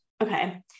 okay